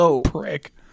prick